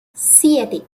siete